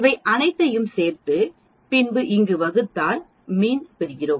இவை அனைத்தையும் சேர்த்துப் பின்பு இங்கு வகுத்தால் மீண் பெறுகிறோம்